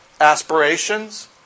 aspirations